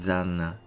Zanna